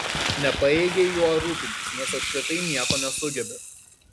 nepajėgei juo rūpintis nes apskritai nieko nesugebi